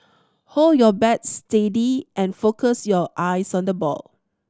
hold your bat steady and focus your eyes on the ball